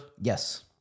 Yes